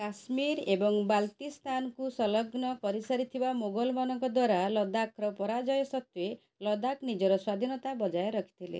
କାଶ୍ମୀର ଏବଂ ସ୍ଥାନକୁ ସଂଲଗ୍ନ କରିସାରିଥିବା ମୋଗଲମାନଙ୍କ ଦ୍ୱାରା ଲଦାଖର ପରାଜୟ ସତ୍ତ୍ୱେ ଲଦାଖ ନିଜର ସ୍ୱାଧୀନତା ବଜାୟ ରଖିଥିଲେ